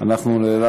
היה חלק מהצוות הזה.